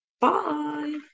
Bye